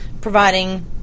providing